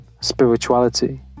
spirituality